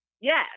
Yes